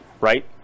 right